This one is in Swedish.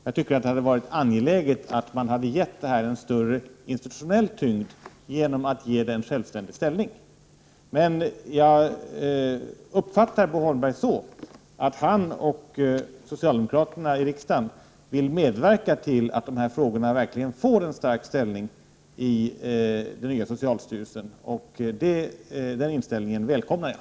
Jag tycker det hade varit angeläget att ge dem en större institutionell tyngd genom att ge dem en självständig ställning. Jag uppfattar dock Bo Holmberg så att han och socialdemokraterna i riksdagen vill medverka till att dessa frågor verkligen får en stark ställning i den nya socialstyrelsen. Den inställningen välkomnar jag.